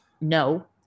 No